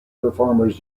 performers